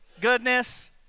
goodness